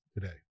today